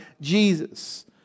Jesus